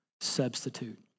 substitute